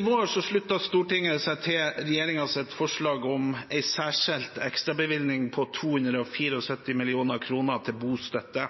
vår sluttet Stortinget seg til regjeringens forslag om en særskilt ekstrabevilgning på 274 mill. kr til bostøtte,